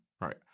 right